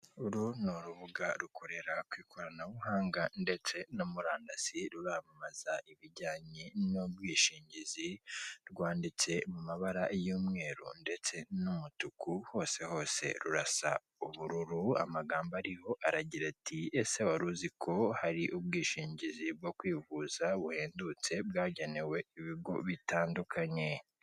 Uru ni rubuga rukorera ku ikoranabuhanga ndetse na murandasi ruramamaza ibijyanye n'ubwishingizi rwanditse mu mabara y'umweru ndetse n'umutuku hose hose rurasa ubururu, amagambo ariho aragira ati “ese wari uzi ko hari ubwishingizi bwo kwivuza buhendutse bwagenewe ibigo bitandukanye".